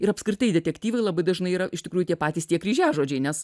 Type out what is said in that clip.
ir apskritai detektyvai labai dažnai yra iš tikrųjų tie patys tie kryžiažodžiai nes